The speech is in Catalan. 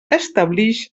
establix